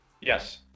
Yes